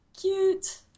Cute